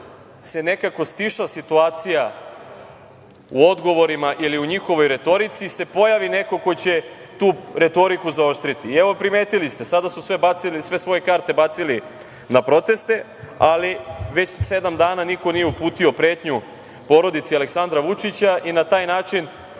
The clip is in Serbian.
se nekako stiša situacija u odgovorima ili u njihovoj retorici se pojavi neko ko će tu retoriku zaoštriti. Evo, primetili ste, sada su sve svoje karte bacili na proteste, ali već sedam dana niko nije uputio pretnju porodici Aleksandra Vučića i na taj način